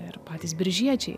ir patys biržiečiai